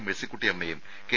മേഴ്സിക്കുട്ടിയമ്മയും K